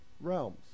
realms